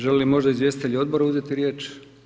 Žele li možda izvjestitelji odbora uzeti riječ?